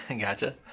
gotcha